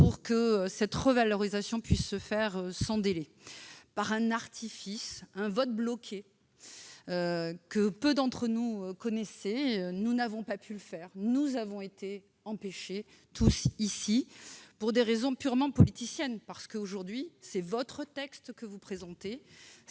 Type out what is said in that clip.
afin que cette revalorisation puisse se faire sans délai. Par un artifice de procédure, à savoir un vote bloqué, que peu d'entre nous connaissaient, nous n'avons pas pu le faire. Nous avons été empêchés, tous ici, pour des raisons purement politiciennes, parce que, aujourd'hui, c'est votre texte que vous présentez.